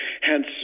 hence